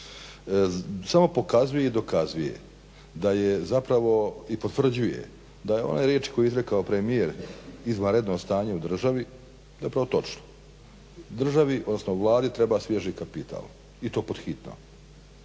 samo pokazuje i dokazuje da je zapravo i potvrđuje da je one riječi koje je izrekao premijer izvanredno stanje u državi zapravo točno. Državi, odnosno Vladi treba svježi kapital i to pod hitno.